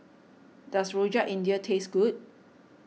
does Rojak India taste good